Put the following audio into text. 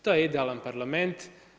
To je idealan parlament.